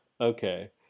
Okay